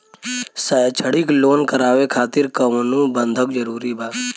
शैक्षणिक लोन करावे खातिर कउनो बंधक जरूरी बा?